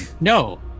no